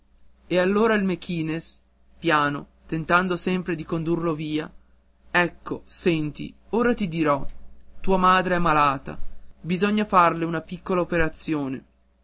e allora il mequinez piano tentando sempre di condurlo via ecco senti ora ti dirò tua madre è malata bisogna farle una piccola operazione